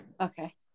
Okay